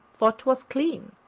for twas clean.